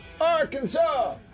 Arkansas